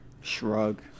Shrug